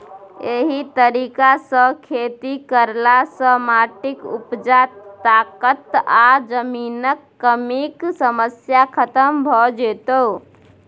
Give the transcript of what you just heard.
एहि तरीका सँ खेती करला सँ माटिक उपजा ताकत आ जमीनक कमीक समस्या खतम भ जेतै